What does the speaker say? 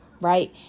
right